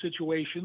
situation